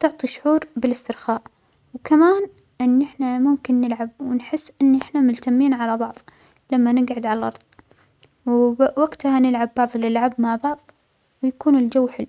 تعطى شعور بالإسترخاء وكمان إن أحنا ممكن نلعب ونحس إن إحنا ملتمين على بعظ لما نقعد عالأرض، و وقتها نلعب بعظ الألعاب مع بعظ ويكون الجو حلو.